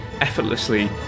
effortlessly